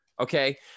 Okay